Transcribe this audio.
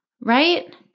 Right